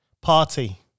Party